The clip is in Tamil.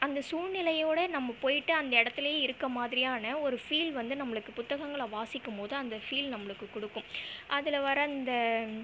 அந்த சூழ்நிலையோட நம்ம போயிட்டு அந்த இடத்துலேயே இருக்க மாதிரியான ஒரு ஃபீல் வந்து நம்மளுக்கு புத்தகங்களை வாசிக்கும் போது அந்த ஃபீல் நம்ளுக்கு கொடுக்கும் அதில் வர இந்த